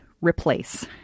replace